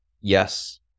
yes